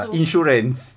insurance